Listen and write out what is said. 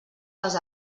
les